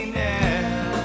now